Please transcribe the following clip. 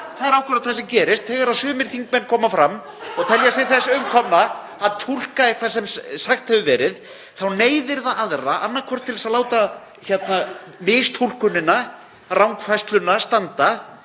Það er akkúrat það sem gerist þegar sumir þingmenn koma fram og telja sig þess umkomna að túlka eitthvað sem sagt hefur verið. Þá neyðir það aðra annaðhvort til þess að láta mistúlkunina, rangfærsluna, standa